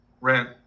rent